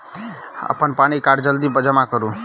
अप्पन पानि कार्ड जल्दी जमा करू?